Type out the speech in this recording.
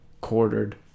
quartered